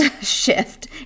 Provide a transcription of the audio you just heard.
shift